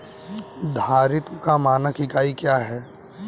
धारिता का मानक इकाई क्या है?